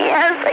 Yes